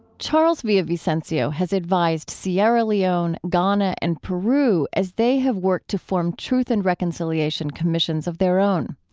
charles villa-vicencio has advised sierra leone, ghana and peru as they have worked to form truth and reconciliation commissions of their own.